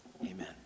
amen